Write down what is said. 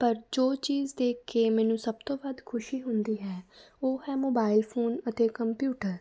ਪਰ ਜੋ ਚੀਜ਼ ਦੇਖ ਕੇ ਮੈਨੂੰ ਸਭ ਤੋਂ ਵੱਧ ਖੁਸ਼ੀ ਹੁੰਦੀ ਹੈ ਉਹ ਹੈ ਮੋਬਾਇਲ ਫੋਨ ਅਤੇ ਕੰਪਿਊਟਰ